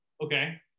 Okay